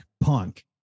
punk